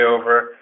over